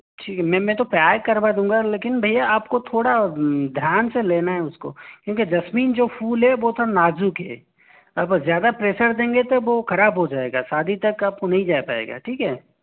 ठीक है मैं मैं तो तैयार करवा दूँगा लेकिन भय्या आप को थोड़ा ध्यान से लेना है उसको क्योंकि जैस्मीन जो फूल है बहोत नाज़ुक है अब ज़्यादा प्रेशर देंगे तो वो ख़राब हो जाएगा शादी तक आप को नहीं जा पाएगा ठीक है